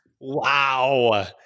Wow